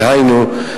דהיינו,